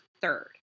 third